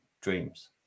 dreams